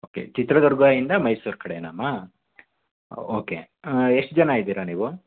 okay ಚಿತ್ರದುರ್ಗದಿಂದ ಮೈಸೂರು ಕಡೆನಾಮ್ಮ okay ಎಷ್ಟು ಜನ ಇದ್ದೀರ ನೀವು